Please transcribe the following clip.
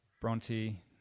bronte